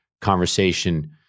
conversation